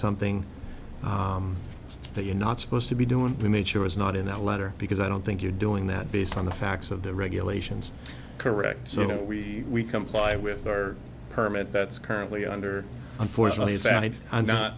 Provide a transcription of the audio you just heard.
something that you're not supposed to be doing to make sure it's not in that letter because i don't think you're doing that based on the facts of the regular ations correct so we comply with our permit that's currently under unfortunately it's n